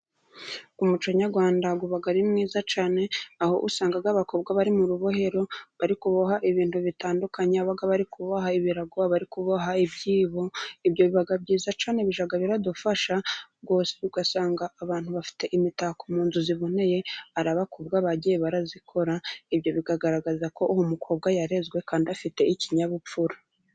Umuco nyarwanda uba ari mwiza cyane, aho usanga abakobwa bari mu rubohero bari kuboha ibintu bitandukanye, abab bari kuboha ibirago, bari kuboha ibyibo, ibyo biba byiza cyane, bijya biradufasha, ugasanga abantu bafite imitako mu nzu iboneye arai abakobwa bagiye barayikora ibyo bikagaragaza ko uwo mukobwa yarezwe kandi afite ikinyabupfura.